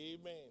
Amen